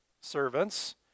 servants